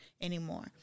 anymore